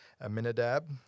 Aminadab